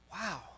Wow